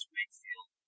Wakefield